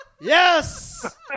Yes